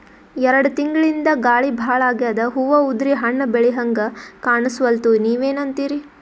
ಎರೆಡ್ ತಿಂಗಳಿಂದ ಗಾಳಿ ಭಾಳ ಆಗ್ಯಾದ, ಹೂವ ಉದ್ರಿ ಹಣ್ಣ ಬೆಳಿಹಂಗ ಕಾಣಸ್ವಲ್ತು, ನೀವೆನಂತಿರಿ?